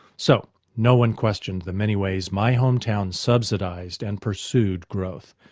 so, no one questioned the many ways my hometown subsidised and pursued growth.